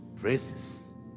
praises